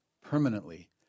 permanently